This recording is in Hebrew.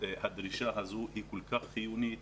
הדרישה הזו היא כל כך חיונית,